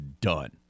done